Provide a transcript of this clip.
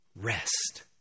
rest